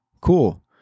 Cool